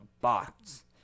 box